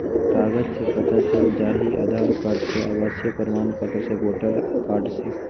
कागज से पता चल जाहई, आधार कार्ड से, आवासीय प्रमाण पत्र से, वोटर कार्ड से?